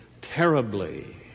terribly